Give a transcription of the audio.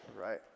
Right